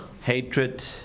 Hatred